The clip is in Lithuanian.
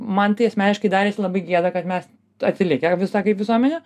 man tai asmeniškai darėsi labai gėda kad mes atsilikę visa kaip visuomenė